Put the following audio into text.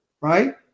right